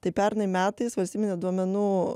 tai pernai metais valstybinė duomenų